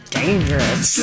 dangerous